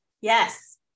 Yes